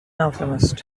alchemist